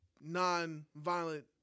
non-violent